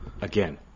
Again